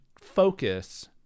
focus